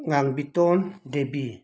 Ngambiton Devi